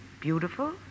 beautiful